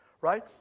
right